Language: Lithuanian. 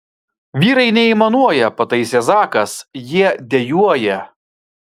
vyrai neaimanuoja pataisė zakas jie dejuoja